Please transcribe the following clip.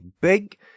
big